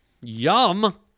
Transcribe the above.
Yum